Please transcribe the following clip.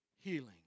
healing